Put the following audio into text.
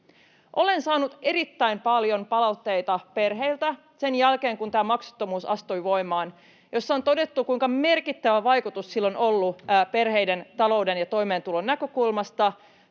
Olen saanut erittäin paljon palautteita perheiltä sen jälkeen, kun tämä maksuttomuus astui voimaan, ja niissä on todettu, kuinka merkittävä vaikutus sillä on ollut perheiden talouden ja toimeentulon näkökulmasta.